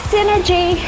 Synergy